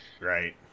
Right